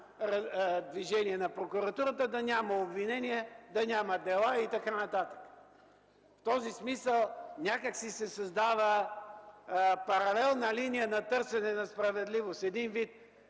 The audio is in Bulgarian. движение на прокуратурата, да няма обвинение, да няма дела и така нататък. В този смисъл някак си се създава паралелна линия на търсене на справедливост. Един вид